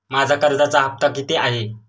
माझा कर्जाचा हफ्ता किती आहे?